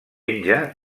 penja